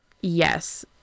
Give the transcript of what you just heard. Yes